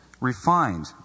refined